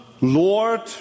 Lord